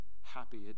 happy